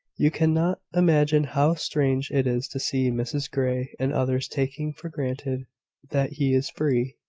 you cannot imagine how strange it is to see mrs grey and others taking for granted that he is free,